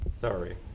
Sorry